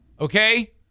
okay